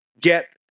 get